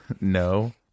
No